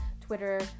Twitter